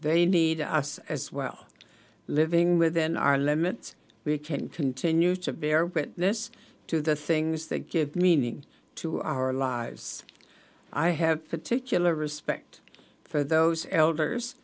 they need us as well living within our limits we can continue to bear witness to the things that give meaning to our lives i have particular respect for those elders